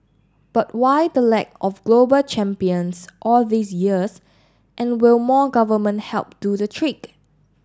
but why the lack of global champions all these years and will more government help do the trick